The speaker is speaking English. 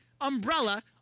umbrella